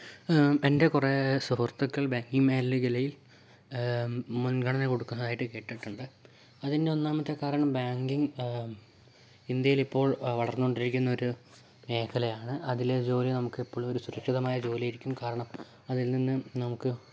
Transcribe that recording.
എൻ്റെ കുറേ സുഹൃത്തുക്കൾ ബാങ്കിങ് മേഖലയിൽ മുൻഗണന കൊടുക്കുന്നതായിട്ട് കേട്ടിട്ടുണ്ട് അതിൻറ്റെ ഒന്നാമത്തെ കാരണം ബാങ്കിങ് ഇന്ത്യയിൽ ഇപ്പോൾ വളർന്ന് കൊണ്ടിരിക്കുന്ന ഒരു മേഖലയാണ് അതിലെ ജോലി നമുക്ക് എപ്പഴും ഒരു സുരക്ഷിതമായ ജോലി ആയിരിക്കും കാരണം അതിൽ നിന്ന് നമുക്ക്